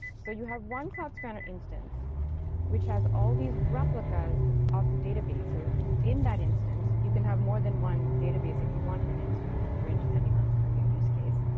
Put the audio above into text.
so you have one cloud spanner instance which has all these replicas of the databases. in that instance, you can have more than one database if you want in an instance, depending on on your use case.